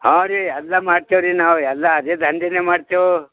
ಹಾಂ ರೀ ಎಲ್ಲ ಮಾಡ್ತೇವೆರಿ ನಾವು ಎಲ್ಲ ಅದೆ ದಂಧೆನೆ ಮಾಡ್ತೇವು